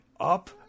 Up